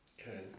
Okay